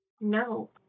No